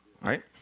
Right